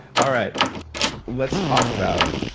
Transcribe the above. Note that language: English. all right let's talk about,